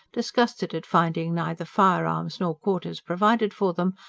disgusted at finding neither firearms nor quarters provided for them,